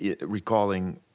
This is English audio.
recalling